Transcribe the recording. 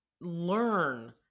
learn